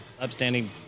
upstanding